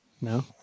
No